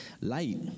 Light